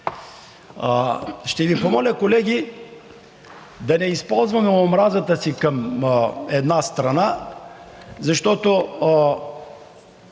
Ще Ви помоля, колеги, да не използваме омразата си към една страна, защото